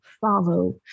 follow